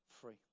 free